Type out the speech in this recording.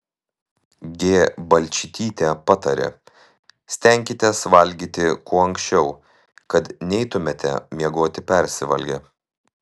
g balčytytė patarė stenkitės valgyti kuo anksčiau kad neeitumėte miegoti persivalgę